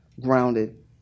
grounded